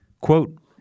Quote